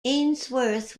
ainsworth